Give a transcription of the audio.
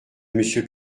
monsieur